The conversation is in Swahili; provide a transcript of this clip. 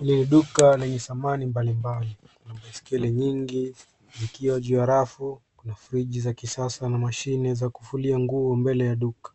Ni duka lenye samani mbalimbali. Baiskeli nyingi zikiwa juu ya rafu, kuna friji za kisasa na mashine za kufulia nguo mbele ya duka.